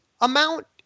amount